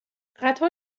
قطار